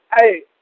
Hey